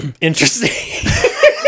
Interesting